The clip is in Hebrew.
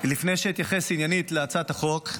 לפני שאתייחס עניינית להצעת החוק,